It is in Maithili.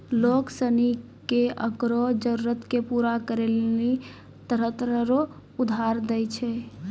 लोग सनी के ओकरो जरूरत के पूरा करै लेली तरह तरह रो उधार दै छै